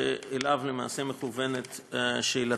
שאליו למעשה מכוונת שאלתך: